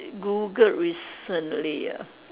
Googled recently ah